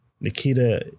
Nikita